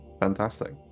Fantastic